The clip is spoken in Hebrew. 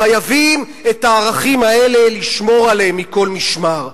חייבים את הערכים האלה לשמור מכל משמר.